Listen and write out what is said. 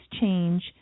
change